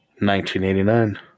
1989